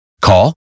Call